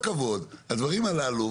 הדברים האלה לא